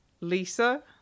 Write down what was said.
Lisa